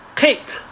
cake